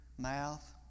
mouth